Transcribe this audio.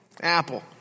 Apple